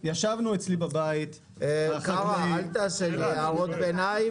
קארה, אל תעשה הערות ביניים.